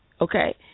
Okay